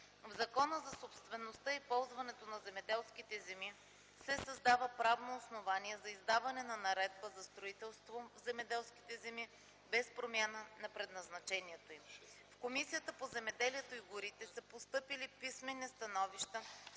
В Закона за собствеността и ползването на земеделските земи се създава правно основание за издаване на наредба за строителство в земеделските земи без промяната на предназначението им. В Комисията по земеделието и горите са постъпили писмени становища